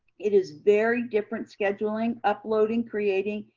it is very different scheduling, uploading, creating,